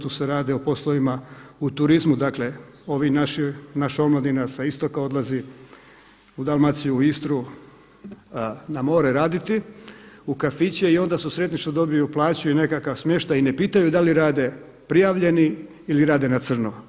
Tu se radi o poslovima u turizmu dakle ova naša omladina sa istoka odlazi u Dalmaciju u Istru na more raditi u kafiće i onda su sretni što dobiju plaću i nekakav smještaj i ne pitaju da li rade prijavljeni ili rade na crno.